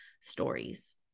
stories